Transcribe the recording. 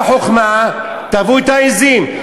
"אתנה בחכמה טוו את העזים".